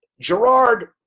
Gerard